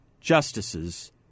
justices